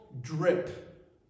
drip